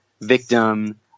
victim